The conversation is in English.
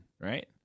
right